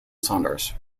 saunders